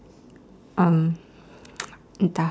um entah